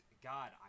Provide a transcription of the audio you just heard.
God